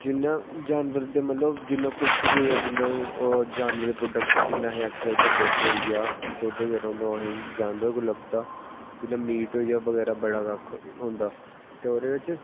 जियां जानवर दा मतलब जिन्ना कुछ बी होऐ जियां ओह् जानवर प्रोडक्टस जियां अस आक्खी सकने दुद्ध होई गेआ दुद्ध बगैरा होंदा ओह् असेंगी जानवरें कोला लभदा जियां मीट होई गेआ बड़ा कक्ख होंदा ते ओह्दे बिच्च